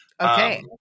Okay